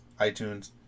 iTunes